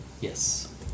Yes